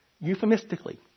euphemistically